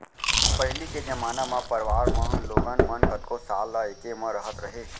पहिली के जमाना म परवार म लोगन मन कतको साल ल एके म रहत रहें